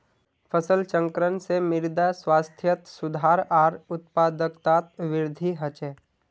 फसल चक्रण से मृदा स्वास्थ्यत सुधार आर उत्पादकतात वृद्धि ह छे